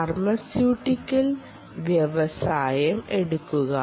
pharmaceutical വ്യവസായം എടുക്കുക